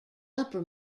upper